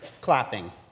clapping